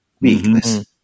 weakness